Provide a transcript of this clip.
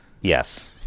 Yes